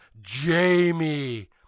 Jamie